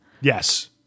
Yes